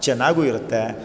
ಚೆನ್ನಾಗೂ ಇರುತ್ತೆ